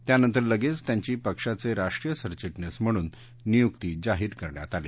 त्यानंतर लगेच त्यांची पक्षाचे राष्ट्रीय सरचिटणीस म्हणून नियुक्ती जाहीर करण्यात आली